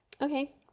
Okay